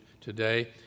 today